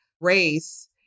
race